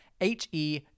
H-E